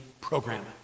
program